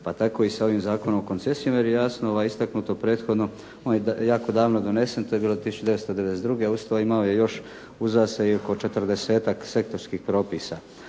Pa tako i s ovim Zakonom o koncesijama, jer je jasno istaknuto prethodno, on je jako davno donesen, to je bilo 1992. Uz to imao je još uza se i oko 40-tak sektorskih propisa.